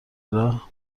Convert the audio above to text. راه